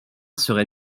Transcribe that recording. serait